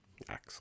Excellent